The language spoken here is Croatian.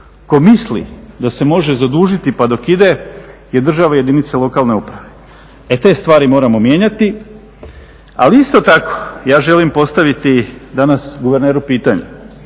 ko misli da se može zadužiti pa dok ide je država jedinice lokalne uprave. E te stvari moramo mijenjati. Ali isto tako, ja želim postaviti danas guverneru pitanje.